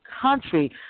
country